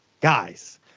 guys